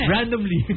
Randomly